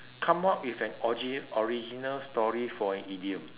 come up with an ogi~ original story for an idiom